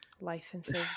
Licenses